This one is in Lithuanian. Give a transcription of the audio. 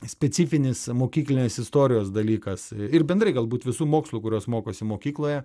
specifinis mokyklinis istorijos dalykas ir bendrai galbūt visų mokslų kuriuos mokosi mokykloje